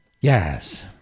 Yes